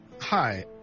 hi